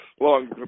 long